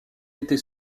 était